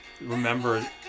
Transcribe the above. remember